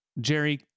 Jerry